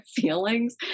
feelings